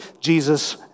Jesus